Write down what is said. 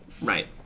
right